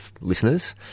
listeners